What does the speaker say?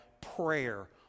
prayer